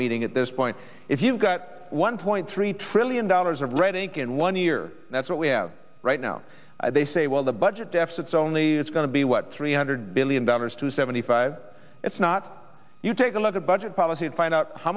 meeting at this point if you've got one point three trillion dollars of red ink in one year that's what we have right now they say well the budget deficits only it's going to be what three hundred billion dollars to seventy five it's not you take a look at budget policy and find out how